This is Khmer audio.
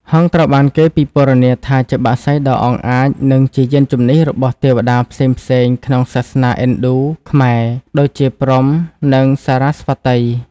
ហង្សត្រូវបានគេពិពណ៌នាថាជាបក្សីដ៏អង់អាច និងជាយានជំនិះរបស់ទេវតាផ្សេងៗក្នុងសាសនាឥណ្ឌូ-ខ្មែរ ដូចជា ព្រហ្ម និងសារ៉ាស្វតី។